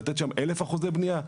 לתת שם 1,000% בנייה?